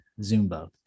Zumba